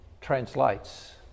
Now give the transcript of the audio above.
translates